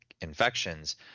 infections